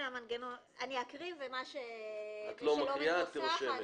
אני אקריא --- את לא מקריאה, את רושמת.